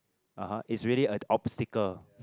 (uh huh) it's really a obstacle